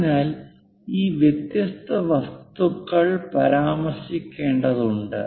അതിനാൽ ഈ വ്യത്യസ്ത വസ്തുക്കൾ പരാമർശിക്കേണ്ടതുണ്ട്